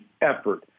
effort